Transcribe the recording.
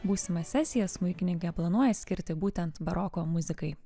būsimą sesiją smuikininkė planuoja skirti būtent baroko muzikai